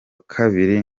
kabiri